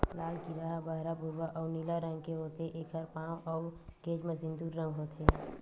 लाल कीरा ह बहरा भूरवा अउ नीला रंग के होथे, एखर पांव अउ घेंच म सिंदूर रंग होथे